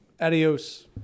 Adios